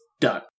Done